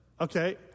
Okay